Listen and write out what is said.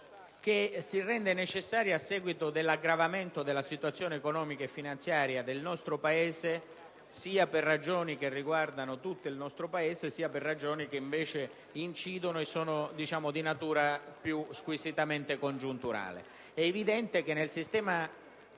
che si rende necessaria a seguito dell'aggravamento della situazione economica e finanziaria del nostro Paese, dovuto a ragioni sia che riguardano tutte il nostro Paese, sia che invece sono di natura più squisitamente congiunturale.